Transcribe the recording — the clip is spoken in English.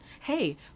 hey